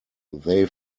they